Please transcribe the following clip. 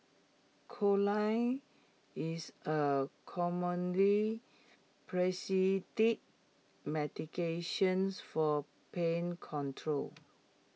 is A commonly medications for pain control